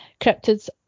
Cryptids